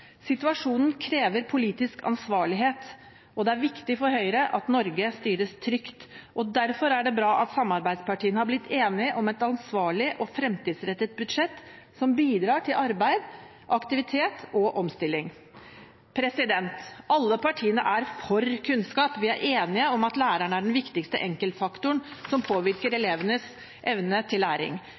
Situasjonen krever politisk ansvarlighet, og det er viktig for Høyre at Norge styres trygt. Derfor er det bra at samarbeidspartiene har blitt enige om et ansvarlig og fremtidsrettet budsjett som bidrar til arbeid, aktivitet og omstilling. Alle partiene er for kunnskap. Vi er enige om at læreren er den viktigste enkeltfaktoren som påvirker elevenes evne til læring.